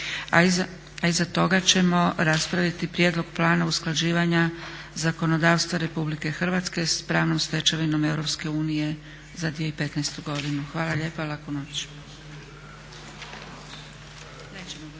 a iza toga ćemo raspraviti prijedlog Plana usklađivanja zakonodavstva RH s pravnom stečevinom EU za 2015. godinu. Hvala lijepa i laku noć.